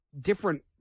different